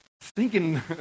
Stinking